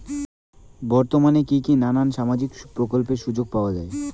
বর্তমানে কি কি নাখান সামাজিক প্রকল্পের সুযোগ পাওয়া যায়?